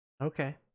okay